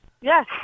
Yes